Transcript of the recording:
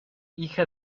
hija